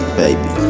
baby